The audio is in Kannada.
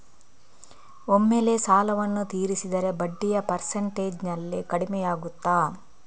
ಒಮ್ಮೆಲೇ ಸಾಲವನ್ನು ತೀರಿಸಿದರೆ ಬಡ್ಡಿಯ ಪರ್ಸೆಂಟೇಜ್ನಲ್ಲಿ ಕಡಿಮೆಯಾಗುತ್ತಾ?